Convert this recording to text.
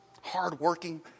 hard-working